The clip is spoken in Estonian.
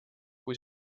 kui